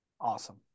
Awesome